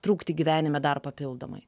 trūkti gyvenime dar papildomai